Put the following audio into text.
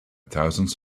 thousands